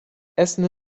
essen